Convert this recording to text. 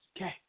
Okay